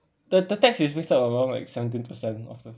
the the tax is makes up around like seventeen percent of the